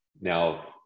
Now